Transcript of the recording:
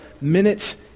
minutes